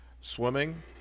Swimming